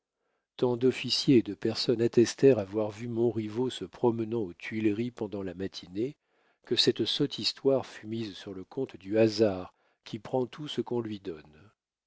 tant d'officiers et de personnes attestèrent avoir vu montriveau se promenant aux tuileries pendant la matinée que cette sotte histoire fut mise sur le compte du hasard qui prend tout ce qu'on lui donne